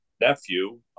nephew